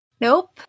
nope